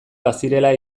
bazirela